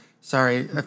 sorry